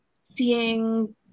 seeing